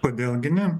kodėl gi ne